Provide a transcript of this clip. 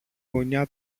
γωνιά